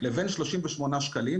לבין 38 שקלים.